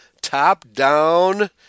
top-down